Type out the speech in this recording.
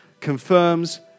confirms